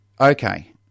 Okay